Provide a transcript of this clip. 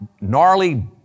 gnarly